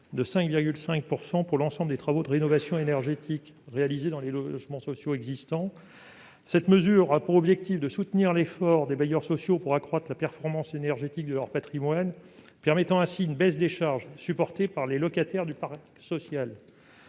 à 5,5 % pour l'ensemble des travaux de rénovation énergétique réalisés dans les logements sociaux existants. Cette mesure a pour objectif de soutenir l'effort des bailleurs sociaux pour accroître la performance énergétique de leur patrimoine, permettant ainsi une baisse des charges supportées par les locataires du parc social.